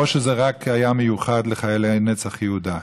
או שזה רק היה מיוחד לחיילי נצח יהודה?